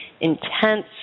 intense